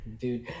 Dude